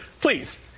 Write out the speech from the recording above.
please